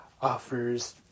offers